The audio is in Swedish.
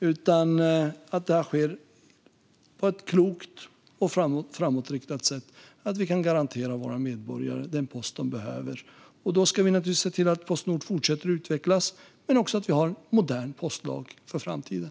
Det hela ska ske på ett klokt och framåtriktat sätt så att vi kan garantera våra medborgare den post de behöver. Vi ska se till att Postnord fortsätter att utvecklas och att vi har en modern postlag för framtiden.